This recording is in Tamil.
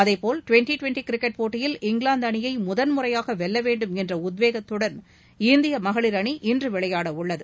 அதேபோல் டிவென்டி டிவென்டி கிரிக்போட்டியில் இங்கிலாந்து அணியை முதன் முறையாக வெல்ல வேண்டும் என்ற உத்வேகத்துடன் இந்திய மகளிர் அணி இன்று விளையாட உள்ளது